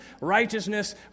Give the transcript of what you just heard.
righteousness